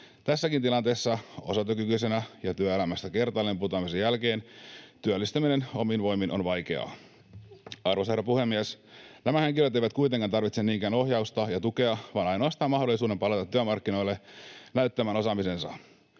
Tässäkin tilanteessa, osatyökykyisenä ja työelämästä kertaalleen putoamisen jälkeen, työllistyminen omin voimin on vaikeaa. Arvoisa herra puhemies! Nämä henkilöt eivät kuitenkaan tarvitse niinkään ohjausta ja tukea vaan ainoastaan mahdollisuuden palata työmarkkinoille näyttämään osaamisensa.